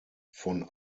von